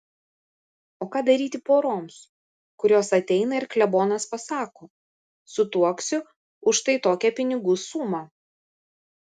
o ką daryti poroms kurios ateina ir klebonas pasako sutuoksiu už štai tokią pinigų sumą